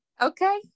Okay